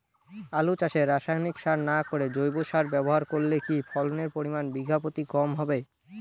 আলু চাষে রাসায়নিক সার না করে জৈব সার ব্যবহার করলে কি ফলনের পরিমান বিঘা প্রতি কম হবে?